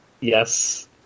Yes